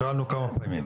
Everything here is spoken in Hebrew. מתכננים, פטין.